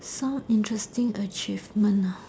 some interesting achievement ah